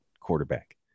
quarterback